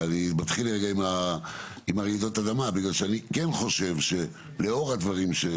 אני מתחיל רגע עם רעידות אדמה בגלל שאני כן חושב שלאור הדברים,